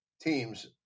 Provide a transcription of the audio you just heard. teams